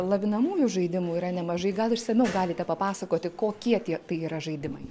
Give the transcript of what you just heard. lavinamųjų žaidimų yra nemažai gal išsamiau galite papasakoti kokie tie tai yra žaidimai